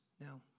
Now